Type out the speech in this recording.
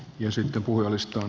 sitten puhujalistaan